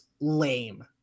lame